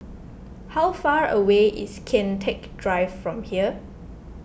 how far away is Kian Teck Drive from here